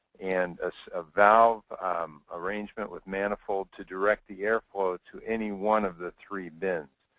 and a so ah valve arrangement with manifolds to direct the airflow to any one of the three bins.